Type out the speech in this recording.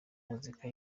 muzika